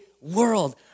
world